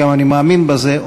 גם אני מאמין בזה.